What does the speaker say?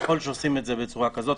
ככל שעושים את זה בצורה כזאת,